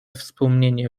wspomnienie